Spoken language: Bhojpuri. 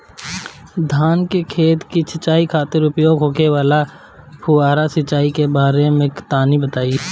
धान के खेत की सिंचाई खातिर उपयोग होखे वाला फुहारा सिंचाई के बारे में तनि बताई?